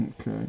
Okay